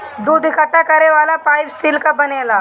दूध इकट्ठा करे वाला पाइप स्टील कअ बनेला